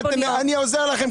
אני עוזר לכם.